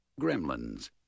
Gremlins